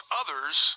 others